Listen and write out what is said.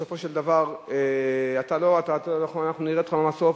בסופו של דבר, אנחנו נראה אותך במסוף.